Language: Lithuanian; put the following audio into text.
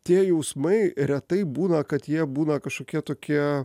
tie jausmai retai būna kad jie būna kažkokie tokie